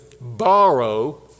borrow